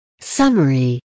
summary